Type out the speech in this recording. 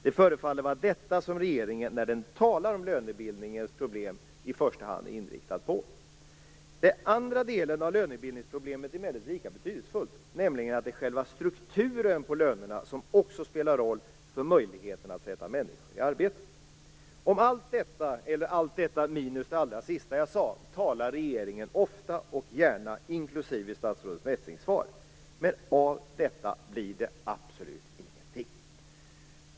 Det förefaller vara detta som regeringen i första hand är inriktad på när den talar om lönebildningens problem. Den andra delen av lönebildningsproblemet är emellertid lika betydelsefull. Själva strukturen på lönerna spelar också roll för möjligheterna att sätta människor i arbete. Om allt detta, eller allt detta minus det sista jag sade, talar regeringen ofta och gärna. Det gäller också statsrådet Messings svar. Men av detta blir det absolut ingenting.